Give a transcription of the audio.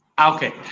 okay